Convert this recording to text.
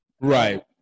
Right